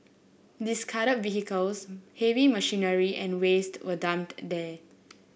discard vehicles heavy machinery and waste were dumped there